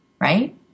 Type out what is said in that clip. Right